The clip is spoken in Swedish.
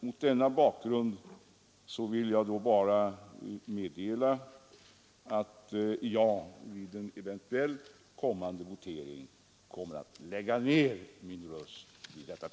Mot denna bakgrund vill jag meddela att jag vid en eventuell votering kommer att lägga ner min röst.